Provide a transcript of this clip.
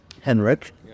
Henrik